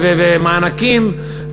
ומענקים,